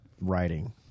writing